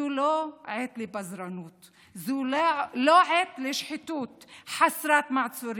זו לא עת לפזרנות, זו לא עת לשחיתות חסרת מעצורים,